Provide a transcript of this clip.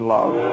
Love